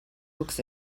books